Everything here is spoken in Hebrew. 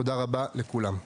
תודה רבה לכולם.